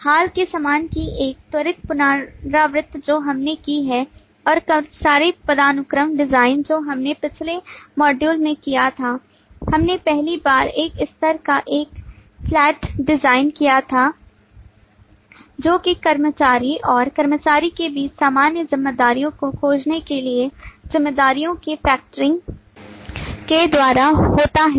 हाल के सामान की एक त्वरित पुनरावृत्ति जो हमने की है और कर्मचारी पदानुक्रम डिजाइन जो हमने पिछले मॉड्यूल में किया था हमने पहली बार एक स्तर का एक फ्लैट के द्वारा होता है